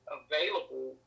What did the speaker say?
available